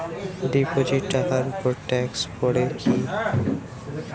Deposit টাকার উপর tax পড়ে কি?